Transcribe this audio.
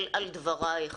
על דברייך.